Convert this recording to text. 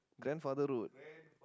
grandfather road